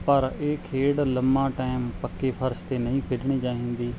ਪਰ ਇਹ ਖੇਡ ਲੰਮਾ ਟਾਈਮ ਪੱਕੇ ਫਰਸ 'ਤੇ ਨਹੀਂ ਖੇਡਣੀ ਚਾਹੀਦੀ